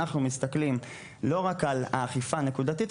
אנחנו מסתכלים לא רק על האכיפה הנקודתית,